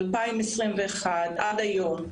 ב-2021 עד היום,